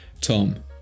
Tom